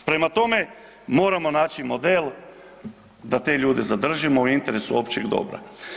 Prema tome moramo naći model da te ljude zadržimo u interesu općeg dobra.